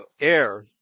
air